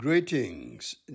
Greetings